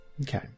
Okay